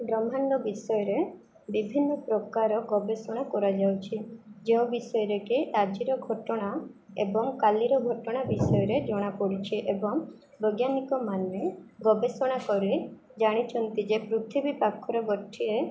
ବ୍ରହ୍ମାଣ୍ଡ ବିଷୟରେ ବିଭିନ୍ନ ପ୍ରକାର ଗବେଷଣା କରାଯାଉଛି ଯେଉଁ ବିଷୟରେ କି ଆଜିର ଘଟଣା ଏବଂ କାଲିର ଘଟଣା ବିଷୟରେ ଜଣାପଡ଼ୁଛି ଏବଂ ବୈଜ୍ଞାନିକ ମାନେ ଗବେଷଣା କରି ଜାଣିଛନ୍ତି ଯେ ପୃଥିବୀ ପାଖରେ ଗୋଟିଏ